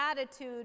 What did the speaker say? attitude